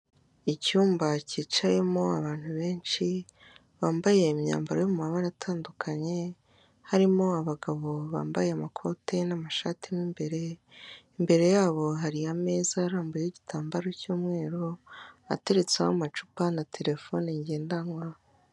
Icyumba cyicayemo abantu benshi bambaye imyambaro yo mu mabara atandukanye harimo abagabo bambaye amakoti n'amashati mo imbere, imbere yabo hari ameza arambuyeho igitambaro cy'umweru ateretseho amacupa na terefone ngendanwa.